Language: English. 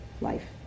life